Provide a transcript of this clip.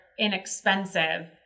inexpensive